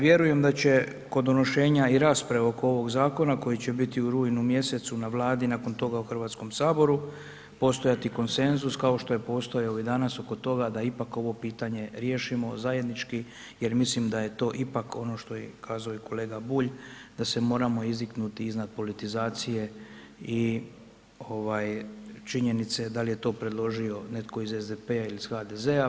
Vjerujem da će kod donošenja i rasprave oko ovog zakona koji će biti u rujnu mjesecu na Vladi, nakon toga u Hrvatskom saboru, postojati konsenzus kao što je postajao i danas oko toga da ipak ovo pitanje riješimo zajednički jer mislim da je to ipak ono što je i kazuje kolega Bulj, da se moramo izdignuti iznad politizacije i činjenice da li je to predložio netko iz SDP-a ili iz HDZ-a.